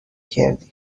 کردی